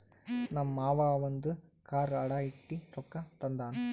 ನಮ್ ಮಾಮಾ ಅವಂದು ಕಾರ್ ಅಡಾ ಇಟ್ಟಿ ರೊಕ್ಕಾ ತಂದಾನ್